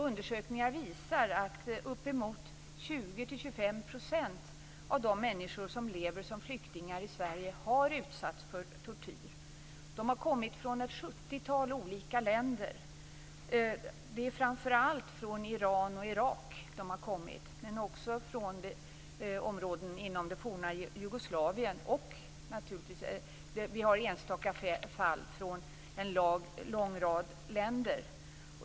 Undersökningar visar att uppemot 20-25 % av de människor som lever som flyktingar i Sverige har utsatts för tortyr. De har kommit från ett sjuttiotal olika länder. Det är framför allt från Iran och Irak som de har kommit, men också från områden inom det forna Jugoslavien och naturligtvis enstaka fall från en lång rad länder.